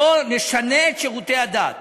בואו נשנה את שירותי הדת